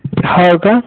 हो का